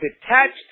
detached